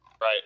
Right